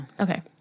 Okay